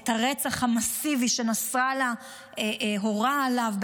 את הרצח המסיבי שנסראללה הורה עליו,